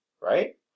right